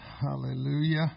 Hallelujah